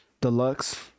Deluxe